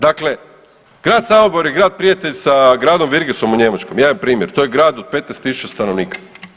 Dakle, grad Samobor je grad prijatelj sa gradom Wirgesom u Njemačkoj jedan primjer to je grad od 15.000 stanovnika.